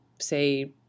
say